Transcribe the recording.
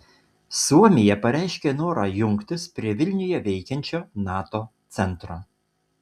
suomija pareiškė norą jungtis prie vilniuje veikiančio nato centro